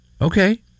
Okay